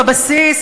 הבסיס,